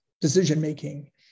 decision-making